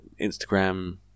Instagram